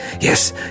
Yes